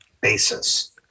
basis